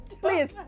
Please